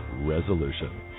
Resolution